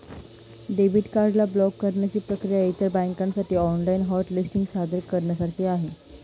debit card ला block करण्याची प्रक्रिया इतर बँकांसाठी ऑनलाइन हॉट लिस्टिंग सादर करण्यासारखी आहे